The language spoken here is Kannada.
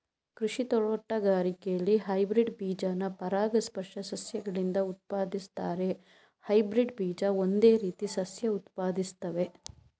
ಕೃಷಿ ತೋಟಗಾರಿಕೆಲಿ ಹೈಬ್ರಿಡ್ ಬೀಜನ ಪರಾಗಸ್ಪರ್ಶ ಸಸ್ಯಗಳಿಂದ ಉತ್ಪಾದಿಸ್ತಾರೆ ಹೈಬ್ರಿಡ್ ಬೀಜ ಒಂದೇ ರೀತಿ ಸಸ್ಯ ಉತ್ಪಾದಿಸ್ತವೆ